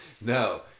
no